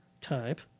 Type